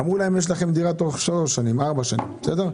ואמרו לו שהדירה תהיה מוכנה תוך שלוש-ארבע שנים אבל עברו כבר